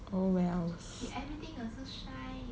oh wells